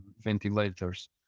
ventilators